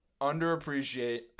underappreciate